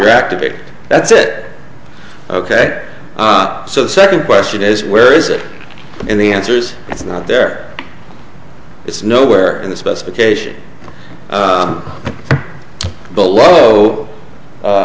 reactivate that's it ok ah so the second question is where is it in the answers it's not there it's nowhere in the specification below